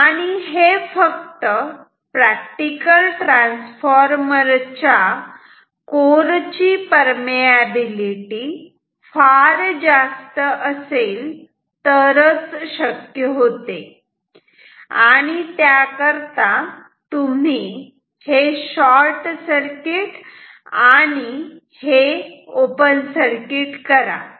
आणि हे फक्त प्रॅक्टिकल ट्रान्सफॉर्मर च्या कोर ची परमियाबिलिटी फार जास्त असेल तरच शक्य होते आणि त्याकरता तुम्ही हे शॉर्टसर्किट आणि हे ओपन सर्किट करा